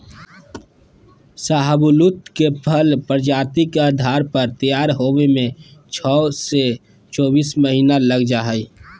शाहबलूत के फल प्रजाति के आधार पर तैयार होवे में छो से चोबीस महीना लग जा हई